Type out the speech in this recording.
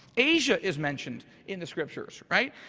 asia is mentioned in the scriptures, right?